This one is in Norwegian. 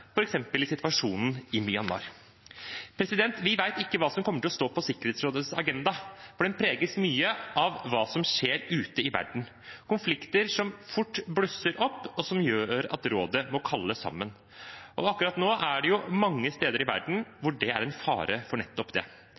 i situasjonen i Myanmar. Vi vet ikke hva som kommer til å stå på Sikkerhetsrådets agenda, for den preges mye av hva som skjer ute i verden – konflikter som fort blusser opp, og som gjør at rådet må kalles sammen. Akkurat nå er det mange steder i verden hvor det er fare for nettopp det.